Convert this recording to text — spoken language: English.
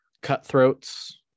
cutthroats